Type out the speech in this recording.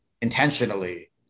intentionally